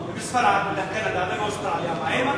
ובספרד, בקנדה, באוסטרליה, מה?